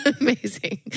Amazing